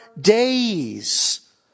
days